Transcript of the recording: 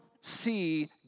see